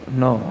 no